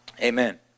amen